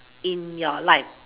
in your life